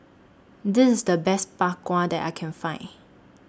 This IS The Best Bak Kwa that I Can Find